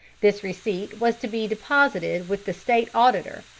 this receipt was to be deposited with the state auditor,